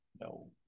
no